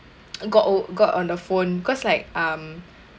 got ov~ got on the phone cause like um